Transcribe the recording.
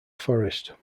forest